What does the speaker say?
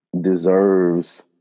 deserves